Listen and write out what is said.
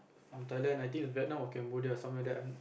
from Thailand I think is Vietnam or Cambodia somewhere there I